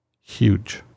huge